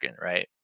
right